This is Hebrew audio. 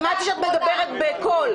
שמעתי שאת מדברת בקול.